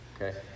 Okay